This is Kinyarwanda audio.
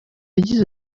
yagize